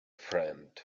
friend